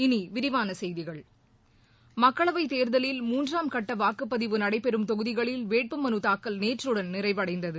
இனி விரிவான செய்திகள் மக்களவை தேர்தலில் மூன்றாம் கட்ட வாக்குப்பதிவு நடைபெறும் தொகுதிகளில் வேட்புமனு தாக்கல் நேற்றுடன் நிறைவடைந்தது